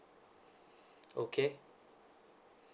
okay